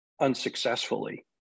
unsuccessfully